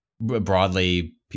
broadly